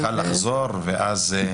--- את צריכה לחזור ואז...